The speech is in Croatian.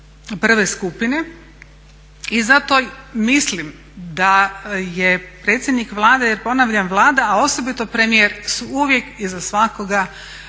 I zato mislim da je predsjednik Vlade, jer ponavljam Vlada a osobito premijer su uvijek i za svakoga